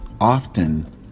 often